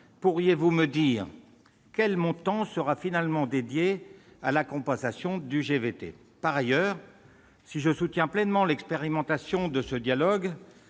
Pourriez-vous me dire quel montant sera finalement dédié à la compensation du GVT ? Si je soutiens pleinement l'expérimentation de ce dialogue